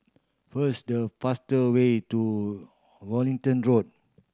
first the faster way to Wellington Road